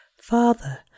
Father